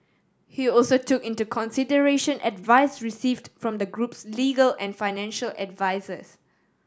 it also took into consideration advice received from the group's legal and financial advisers